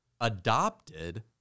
adopted